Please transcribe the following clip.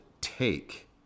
take